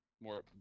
More